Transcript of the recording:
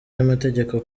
y’amategeko